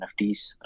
NFTs